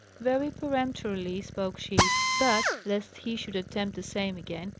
very peremptorily spoke she. but, lest he should attempt the same again,